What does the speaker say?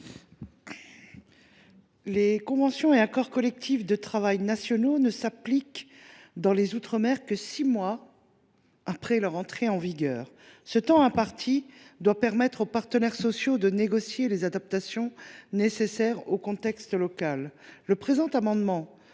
Les conventions et accords collectifs de travail nationaux ne s’appliquent dans les outre mer que six mois après leur entrée en vigueur. Ce délai doit permettre aux partenaires sociaux de négocier les adaptations nécessaires au contexte local. Cet amendement